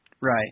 Right